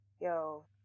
yo